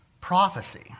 prophecy